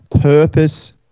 purpose